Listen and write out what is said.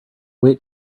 wait